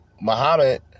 Muhammad